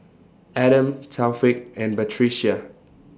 Adam Taufik and Batrisya